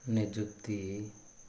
ନିଯୁକ୍ତି